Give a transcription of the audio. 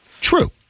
true